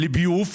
לביוב,